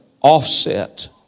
offset